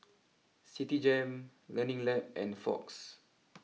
Citigem Learning Lab and Fox